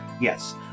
Yes